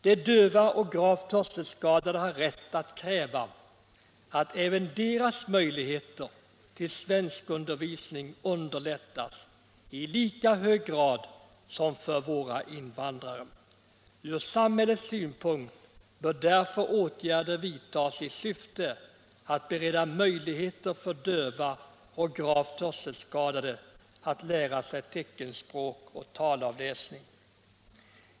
De döva och gravt hörselskadade har rätt att kräva att deras tillgång till sådan undervisning förbättras i lika hög grad som svenskundervisningen för våra invandrare. Samhället bör därför vidta åtgärder i syfte att bereda möjligheter för döva och gravt hörselskadade att lära sig teckenspråk och talavläsning.